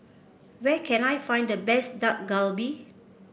where can I find the best Dak Galbi